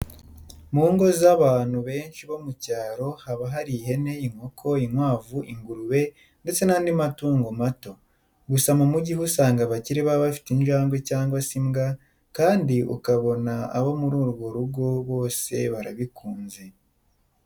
Mu ngo z'abantu benshi bo mu cyaro haba hari ihene, inkoko, inkwavu, ingurube ndetse n'andi matungo mato. Gusa mu mujyi ho usanga abakire baba bafite injangwe cyangwa se imbwa kandi ukabona abo muri urwo rugo bose barabikunze.